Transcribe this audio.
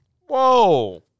Whoa